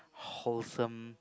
wholesome